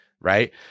right